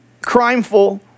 crimeful